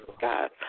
God